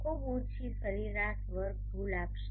આ ખુબ ઓછી સરેરાસ વર્ગ ભૂલ આપશે